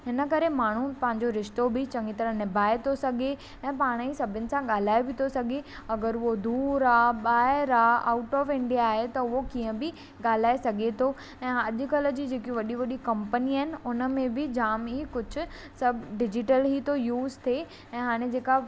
हिन करे माण्हू पांहिंजो रिश्तो चङी तरह निभाए थो सघे ऐं पाण ई सभिनि सां ॻाल्हाए बि थो सघे अगरि हो दूरु आहे ॿाहिरि आहे आउट ऑफ इंडिया आहे त उहो कीअं बि ॻाल्हाए सघे थो ऐं अॼु कल्ह जी जेकियूं वॾी वॾी कपंनीयूं आहिनि उन में बि जामु ही कुझु सभु डिजीटल ई थो यूस थिए ऐं हाणे जेका